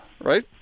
right